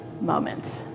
moment